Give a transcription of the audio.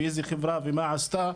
ואיזה חברה ומה עשתה.